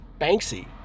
Banksy